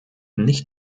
nicht